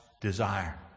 Desire